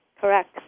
Correct